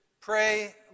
pray